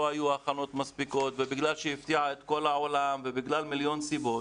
היו הכנות מספיקות ובגלל שהיא הפתיעה את כל העולם ובגלל מיליון סיבות